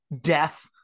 Death